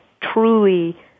truly